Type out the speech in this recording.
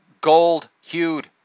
gold-hued